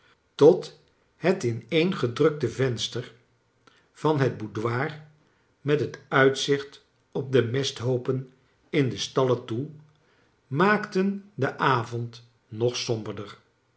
tot het ineengedrukte venster van het boudoir met het uitzicht op de mesthoopen in de stallen toe maakten den avond nog